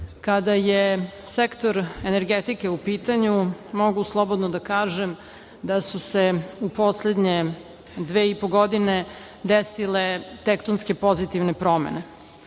kada je sektor energetike u pitanju mogu slobodno da kažem da su se u poslednje dve i po godine desile tektonske pozitivne promene.